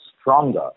stronger